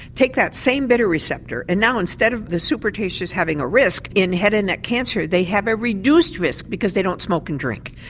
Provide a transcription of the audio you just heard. take that same bitter receptor and now instead of the supertasters having a risk in head and neck cancer, they have a reduced risk because they don't smoke and drink.